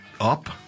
up